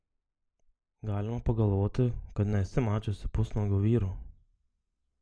galima pagalvoti kad nesi mačiusi pusnuogio vyro